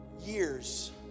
years